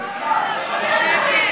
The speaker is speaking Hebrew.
אז למה אתה לא מפרק?